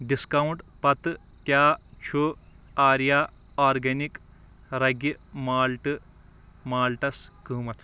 discount پَتہٕ کیٛاہ چھُ آریا آرگینِک رگہِ مالٹہٕ مالٹَس قۭمتھ